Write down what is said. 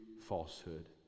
falsehood